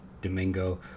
Domingo